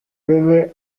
delle